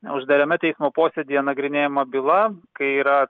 uždarame teismo posėdyje nagrinėjama byla kai yra